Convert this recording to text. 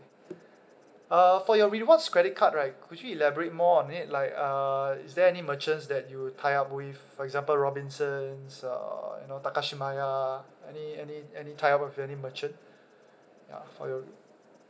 err for your rewards credit card right could you elaborate more on it like uh is there any merchants that you tie up with for example robinsons or you know takashimaya any any any tie up with any merchant ya for your